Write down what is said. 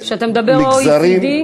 כשאתה מדבר על ה-OECD,